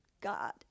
God